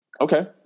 Okay